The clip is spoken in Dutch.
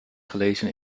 gelezen